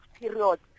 period